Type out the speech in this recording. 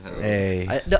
hey